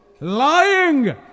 Lying